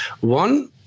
One